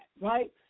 right